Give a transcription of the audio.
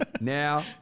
Now